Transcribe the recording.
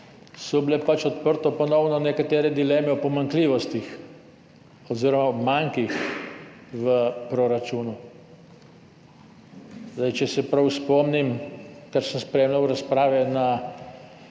so bile ponovno odprte nekatere dileme o pomanjkljivostih oziroma mankih v proračunu. Če se prav spomnim, kar sem spremljal razprave na